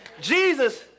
Jesus